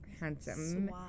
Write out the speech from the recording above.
handsome